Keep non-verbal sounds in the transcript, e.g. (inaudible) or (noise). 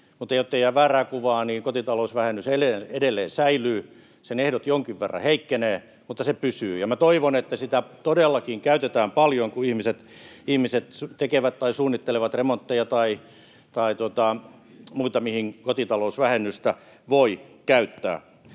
jottei jää väärää kuvaa, niin kotitalousvähennys edelleen säilyy. Sen ehdot jonkin verran heikkenevät, mutta se pysyy. Ja toivon, että sitä todellakin käytetään paljon, (noise) kun ihmiset tekevät tai suunnittelevat remontteja tai muita, mihin kotitalousvähennystä voi käyttää.